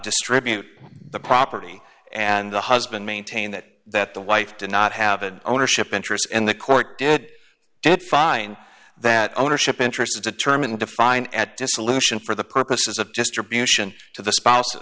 distribute the property and the husband maintain that that the wife did not have an ownership interest in the court did did find that ownership interests determined defined at dissolution for the purposes of just abuse and to the spouses